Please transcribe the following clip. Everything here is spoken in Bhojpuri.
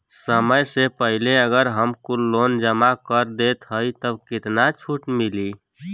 समय से पहिले अगर हम कुल लोन जमा कर देत हई तब कितना छूट मिली?